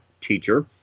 teacher